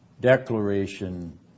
declaration